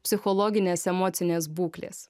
psichologinės emocinės būklės